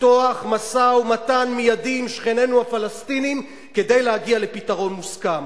לפתוח משא-ומתן מיידי עם שכנינו הפלסטינים כדי להגיע לפתרון מוסכם.